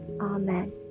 Amen